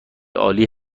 عالی